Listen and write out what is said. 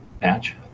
patch